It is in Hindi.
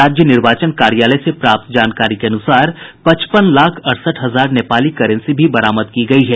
राज्य निर्वाचन कार्यालय से प्राप्त जानकारी के अनुसार पचपन लाख अड़सठ हजार नेपाली करेंसी भी बरामद की गयी है